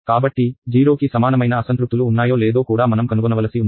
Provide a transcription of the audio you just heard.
కాబట్టి 0 కి సమానమైన అసంతృప్తులు ఉన్నాయో లేదో కూడా మనం కనుగొనవలసి ఉంది